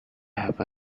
have